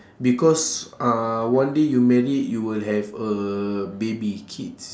because uh one day you married you will have a baby kids